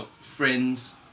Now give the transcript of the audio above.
friends